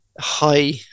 high